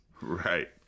Right